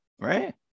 right